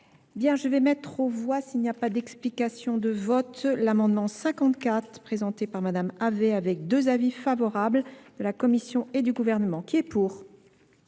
bien je vais mettre aux voix s'il n'y a pas d'explication de vote l'amendement cinquante quatre présenté par madame avez avec deux avis favorables de la commission et du gouvernement qui est pour